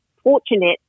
fortunate